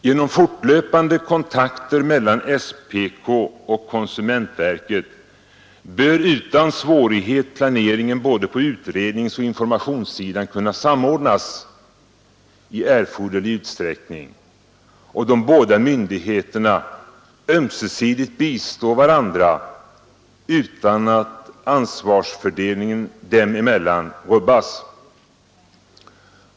Genom fortlöpande kontakter mellan SPK och konsumentverket bör utan svårighet planeringen på både utredningsoch informationssidan kunna samordnas i erforderlig utsträckning och de båda myndigheterna ömsesidigt bistå varandra utan att ansvarsfördelningen dem emellan rubbas.